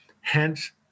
Hence